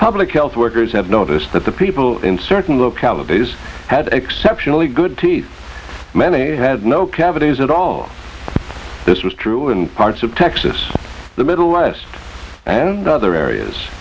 public health workers have noticed that the people in certain localities had exceptionally good teeth many had no cavities at all this was true in parts of texas the middle west and other areas